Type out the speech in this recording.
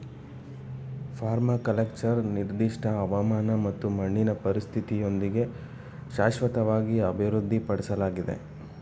permaculture ನಿರ್ದಿಷ್ಟ ಹವಾಮಾನ ಮತ್ತು ಮಣ್ಣಿನ ಪರಿಸ್ಥಿತಿಯೊಂದಿಗೆ ಶಾಶ್ವತವಾಗಿ ಅಭಿವೃದ್ಧಿಪಡ್ಸಲಾಗಿದೆ